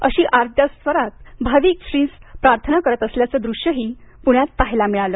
अशी आर्तस्वरात भाविक श्रींस प्रार्थना करत असल्याचं दृष्यही प्रण्यात पाहायला मिळालं